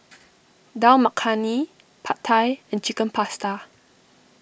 Dal Makhani Pad Thai and Chicken Pasta